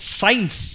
Science